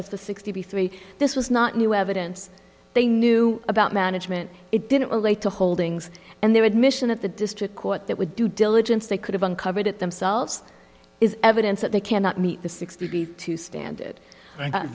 the sixty three this was not new evidence they knew about management it didn't relate to holdings and their admission at the district court that with due diligence they could have uncovered it themselves is evidence that they cannot meet the sixty to stand it